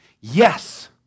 yes